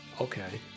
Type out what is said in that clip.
okay